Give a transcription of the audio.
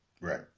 Right